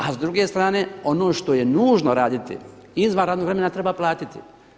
A s druge strane ono što je nužno raditi izvan radnog vremena treba platiti.